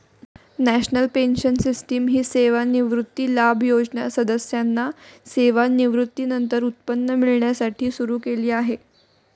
national pension system ही सेवानिवृत्ती लाभ योजना सदस्यांना सेवानिवृत्तीनंतर उत्पन्न मिळण्यासाठी सुरू केली आहे